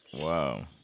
Wow